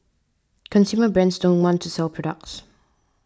consumer brands don't want to sell products